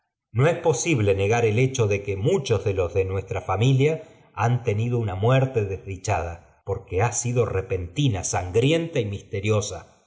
no es posible negar el hecho de que muchos de los de nuestra familia han tenido una muerte desdichada porque ha sido repehjma sangrienta y misteriosa